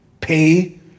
pay